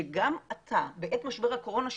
שגם אתה בעת משבר הקורונה,